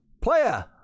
player